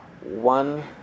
one